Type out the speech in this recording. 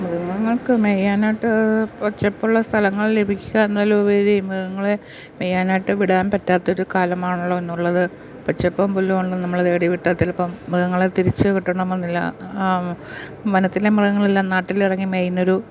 മൃഗങ്ങൾക്ക് മെയ്യാനായിട്ട് പച്ചപ്പ് ഉള്ള സ്ഥലങ്ങൾ ലഭിക്കുക എന്നതിലുപരി മൃഗങ്ങളെ മെയ്യാനായിട്ട് വിടാൻ പറ്റാത്തൊരു കാലമാണല്ലോ ഇന്നൊള്ളത് പച്ചപ്പും പുല്ലുമുള്ളത് നമ്മള് തേടി വിട്ട ചിലപ്പം മൃഗങ്ങളെ തിരിച്ച് കിട്ടണമെന്നില്ല വനത്തിലെ മൃഗങ്ങളെല്ലാം നാട്ടിൽ ഇറങ്ങി മെയ്യുന്നൊരു